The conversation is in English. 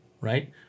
right